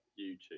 YouTube